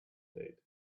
facade